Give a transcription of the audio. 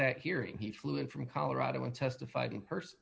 that hearing he flew in from colorado and testified in person